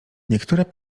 niektóre